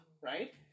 right